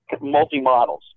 multi-models